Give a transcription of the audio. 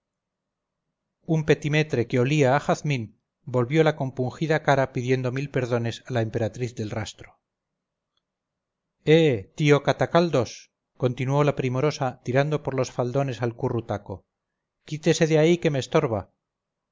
un petimetre que olía a jazmín volvió la compungida cara pidiendo mil perdones a la emperatriz del rastro eh tío cata caldos continuó la primorosa tirando por los faldones al currutaco quítese de ahí que me estorba